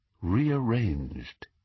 rearranged